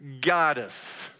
goddess